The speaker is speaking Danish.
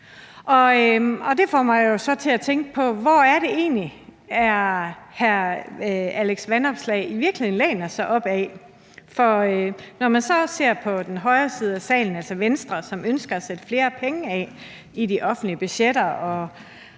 Det får mig jo så til at tænke på: Hvad er det egentlig, hr. Alex Vanopslagh i virkeligheden læner sig op ad? For når man så ser på den højre side af salen, altså Venstre, som ønsker at sætte flere penge af i de offentlige budgetter